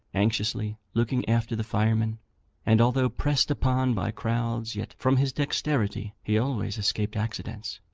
anxiously looking after the firemen and, although pressed upon by crowds, yet, from his dexterity, he always escaped accidents,